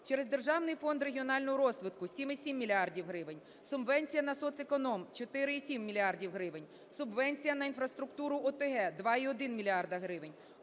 через Державний фонд регіонального розвитку – 7,7 мільярда гривень, субвенція на соцеконом – 4,7 мільярда гривень, субвенція на інфраструктуру ОТГ – 2,1 мільярда